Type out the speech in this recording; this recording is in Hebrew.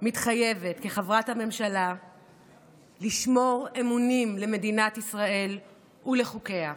מתחייבת כחברת הממשלה לשמור אמונים למדינת ישראל ולחוקיה,